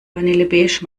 vanillebeige